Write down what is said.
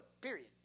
period